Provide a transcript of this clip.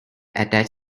attach